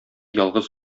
ялгыз